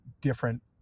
different